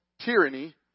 tyranny